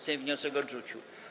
Sejm wniosek odrzucił.